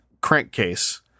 crankcase